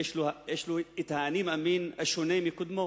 שיש לו "אני מאמין" שונה משל קודמו,